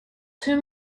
too